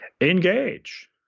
engage